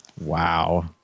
Wow